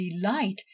delight